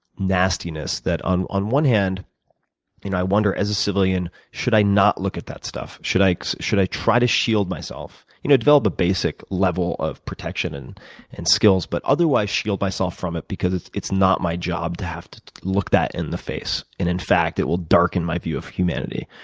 nastiness that on on one hand you know i wonder as a civilian, should i not look at that stuff? should i should i try to shield myself? you know, develop a basic level of protection and and skills but otherwise shield myself from it because it's it's not my job to have to look that in the face and in fact, it will darken my view of humanity.